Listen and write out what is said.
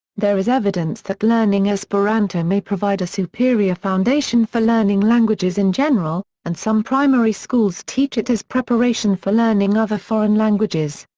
there is evidence that learning esperanto may provide a superior foundation for learning languages in general, and some primary schools teach it as preparation for learning other foreign languages.